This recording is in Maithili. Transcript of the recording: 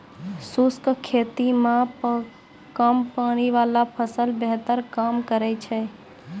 शुष्क खेती मे कम पानी वाला फसल बेहतर काम करै छै